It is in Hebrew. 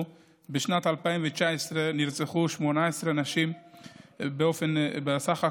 בשנת 2019 נרצחו 18 נשים בסך הכול,